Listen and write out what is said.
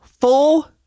full